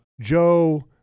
Joe